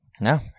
no